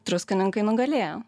druskininkai nugalėjo